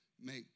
make